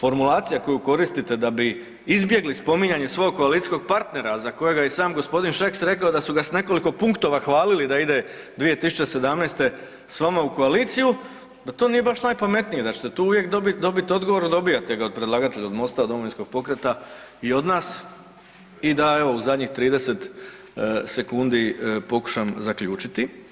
formulacija koju koristite da bi izbjegli spominjanje svog koalicijskog partnera za kojega je i sam gospodin Šeks rekao da su ga sa nekoliko punktova hvalili da ide 2017. sa vama u koaliciju da to nije baš najpametnije, da ćete tu uvijek dobiti odgovor, a dobijate ga od predlagatelja od MOST-a, od Domovinskog pokreta i od nas i da evo u zadnjih 30 sekundi pokušam zaključiti.